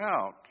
out